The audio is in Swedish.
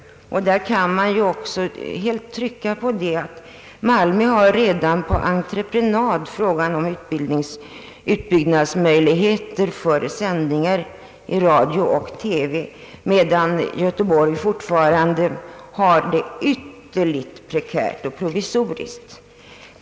Jag vill också trycka på att man i Malmö redan lagt ut på entreprenad en utbyggnad i syfte att öka möjligheterna till sändningar därifrån, medan man i Göteborg fortfarande är i ett ytterligt prekärt och provisoriskt läge.